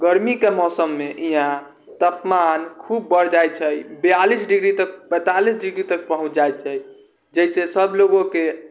गरमीके मौसममे यहाँ तापमान खूब बढ़ि जाइ छै बियालिस डिग्रीतक पेँतालिस डिग्रीतक पहुँचि जाइ छै जाहिसँ सबलोकके